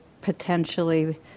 potentially